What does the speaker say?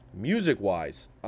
Music-wise